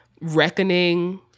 reckoning